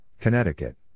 Connecticut